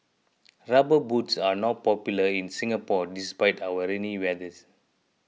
rubber boots are not popular in Singapore despite our rainy weather